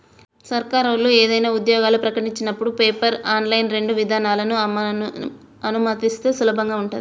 సర్కారోళ్ళు ఏదైనా ఉద్యోగాలు ప్రకటించినపుడు పేపర్, ఆన్లైన్ రెండు విధానాలనూ అనుమతిస్తే సులభంగా ఉంటది